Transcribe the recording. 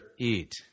eat